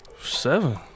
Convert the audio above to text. seven